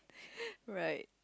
right